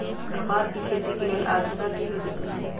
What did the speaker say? कपास के खेती के लेल अद्रता की होए के चहिऐई?